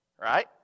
right